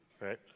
Right